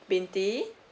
binti